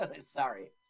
Sorry